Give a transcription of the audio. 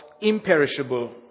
imperishable